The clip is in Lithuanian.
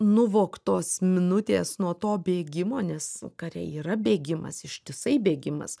nuvogtos minutės nuo to bėgimo nes kare yra bėgimas ištisai bėgimas